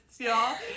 y'all